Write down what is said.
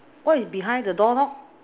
what is behind the door knob